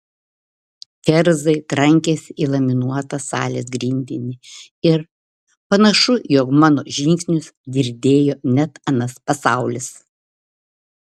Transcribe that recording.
kerzai trankėsi į laminuotą salės grindinį ir panašu jog mano žingsnius girdėjo net anas pasaulis